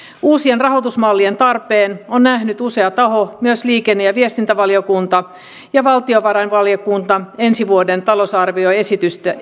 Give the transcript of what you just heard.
uusien rahoitusmallien tarpeen on nähnyt usea taho myös liikenne ja viestintävaliokunta ja valtiovarainvaliokunta ensi vuoden talousarvioesitystä